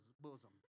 bosom